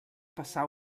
passar